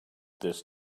this